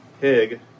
pig